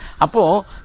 Apo